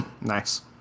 nice